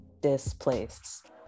Displaced